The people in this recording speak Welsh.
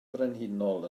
frenhinol